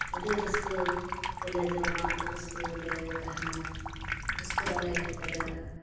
ᱟᱹᱰᱤ ᱨᱟᱹᱥᱠᱟᱹ ᱛᱮᱞᱮ ᱡᱚᱢᱟ ᱟᱹᱰᱤ ᱨᱟᱹᱥᱠᱟᱹ ᱜᱮᱞᱮ ᱛᱟᱦᱮᱱᱟ ᱨᱟᱹᱥᱠᱟᱹᱜᱼᱟᱞᱮ ᱠᱟᱡᱟᱠ